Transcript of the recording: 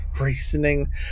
reasoning